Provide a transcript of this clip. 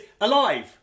Alive